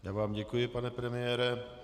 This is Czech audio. Já vám děkuji, pane premiére.